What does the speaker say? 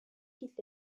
quitte